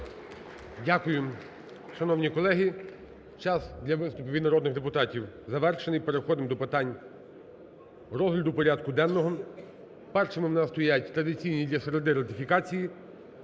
Дякую, шановні колеги. Час для виступів від народних депутатів завершений, переходимо до питань розгляду порядку денного. Першими у нас стоять традиційні для середи ратифікації.